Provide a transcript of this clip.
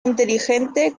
inteligente